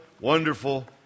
wonderful